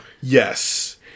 Yes